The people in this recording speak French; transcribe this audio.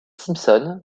simpson